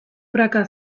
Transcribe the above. praka